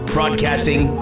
Broadcasting